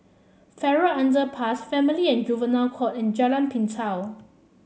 Farrer Underpass Family and Juvenile Court and Jalan Pintau